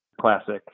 classic